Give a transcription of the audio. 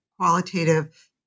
qualitative